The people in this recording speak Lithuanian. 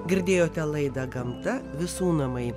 girdėjote laidą gamta visų namai